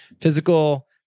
physical